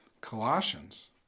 Colossians